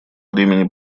времени